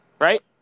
Right